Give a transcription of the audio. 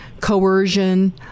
coercion